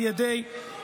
לא על זה דיברתי.